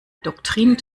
doktrin